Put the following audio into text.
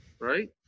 right